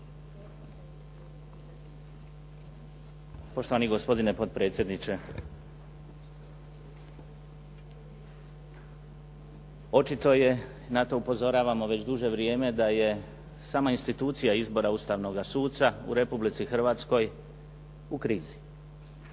Poštovani gospodine potpredsjedniče. Očito je, na to upozoravamo već duže vrijeme, da je sama institucija izbora ustavnoga suca u Republici Hrvatskoj u krizi.